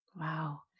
Wow